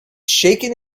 shaken